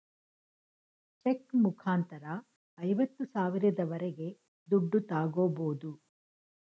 check ಮುಖಾಂತರ ಐವತ್ತು ಸಾವಿರದವರೆಗೆ ದುಡ್ಡು ತಾಗೋಬೋದು